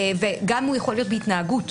זה יכול להיות גם בהתנהגות,